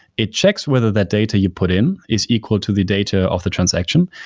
it checks whether that data you put in is equal to the data of the transaction,